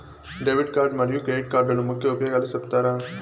Debit card మరియు credit కార్డుల ముఖ్య ఉపయోగాలు సెప్తారా?